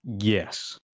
yes